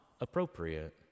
appropriate